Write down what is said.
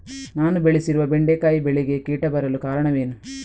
ನಾನು ಬೆಳೆಸಿರುವ ಬೆಂಡೆಕಾಯಿ ಬೆಳೆಗೆ ಕೀಟ ಬರಲು ಕಾರಣವೇನು?